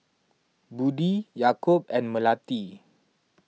Budi Yaakob and Melati